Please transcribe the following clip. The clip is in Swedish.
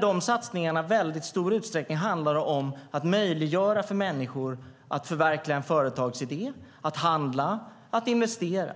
De satsningarna handlar i väldigt stor utsträckning om att möjliggöra för människor att förverkliga företagsidéer, handla och investera.